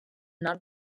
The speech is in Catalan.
nord